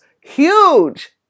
huge